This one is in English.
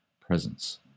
presence